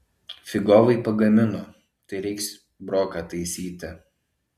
figovai pagamino tai reiks broką taisyti